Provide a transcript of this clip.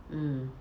mm